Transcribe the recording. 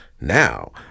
Now